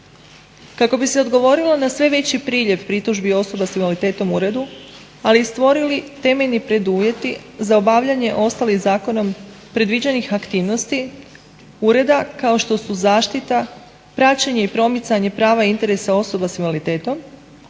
Kako bi se odgovorilo na sve veći priljev pritužbi osoba sa invaliditetom u uredu, ali i stvorili temeljni preduvjeti za obavljanje ostalih zakonom predviđenih aktivnosti ureda kao što su zaštita, praćenje i promicanje prava i interesa osoba sa invaliditetom